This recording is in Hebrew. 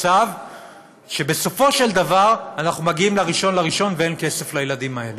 מצב שבסופו של דבר אנחנו מגיעים ל-1 בינואר ואין כסף לילדים האלה.